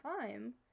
time